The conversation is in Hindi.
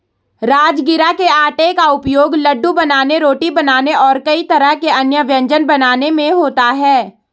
राजगिरा के आटे का उपयोग लड्डू बनाने रोटी बनाने और कई तरह के अन्य व्यंजन बनाने में होता है